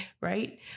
Right